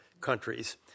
countries